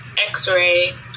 x-ray